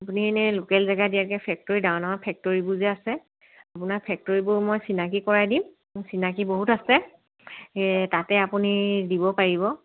আপুনি এনেই লোকেল জেগাত দিয়াতকৈ ফেক্টৰী ডাঙৰ ডাঙৰ ফেক্টৰীবোৰ যে আছে আপোনাৰ ফেক্টৰীবোৰ মই চিনাকি কৰাই দিম মোৰ চিনাকি বহুত আছে সেই তাতে আপুনি দিব পাৰিব